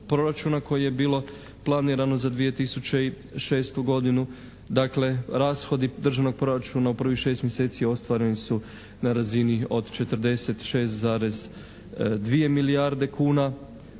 koji je bilo planirano za 2006. godinu, dakle rashodi državnog proračuna u prvih šest mjeseci ostvareni su na razini od 46,2 milijarde kuna.